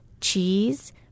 cheese